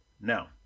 Now